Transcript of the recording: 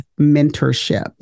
mentorship